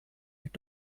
mit